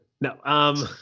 No